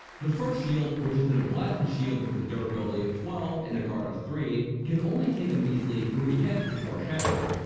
the first shield, which is an emblazoned sheild with a durability of twelve and a guard of three, can only take a measly three hits before shattering.